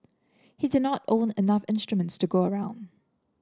he did not own enough instruments to go around